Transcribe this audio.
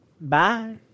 Bye